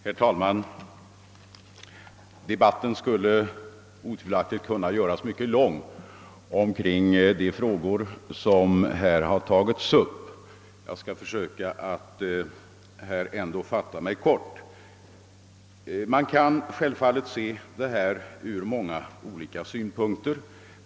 Herr talman! Debatten om de frågor som här tagits upp skulle otvivelaktigt kunna göras mycket lång. Jag skall dock försöka att fatta mig kort. Man kan självfallet se dessa frågor från många olika synpunkter.